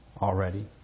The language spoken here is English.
already